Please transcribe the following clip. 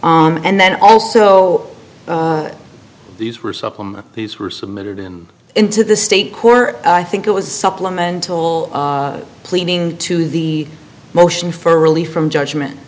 and then also these were supplement these were submitted him into the state court i think it was supplemental pleading to the motion for relief from judgment